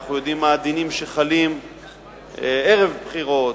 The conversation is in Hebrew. ואנחנו יודעים מה הדינים שחלים ערב בחירות,